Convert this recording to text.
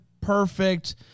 perfect